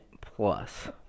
plus